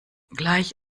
gleich